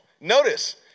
Notice